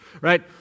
right